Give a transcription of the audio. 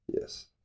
Yes